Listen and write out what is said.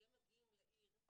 כי הם מגיעים לעיר.